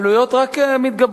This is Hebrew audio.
העלויות רק מתגברות.